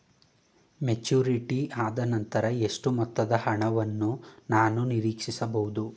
Maturity ಆದನಂತರ ಎಷ್ಟು ಮೊತ್ತದ ಹಣವನ್ನು ನಾನು ನೀರೀಕ್ಷಿಸ ಬಹುದು?